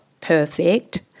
perfect